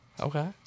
okay